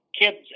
kids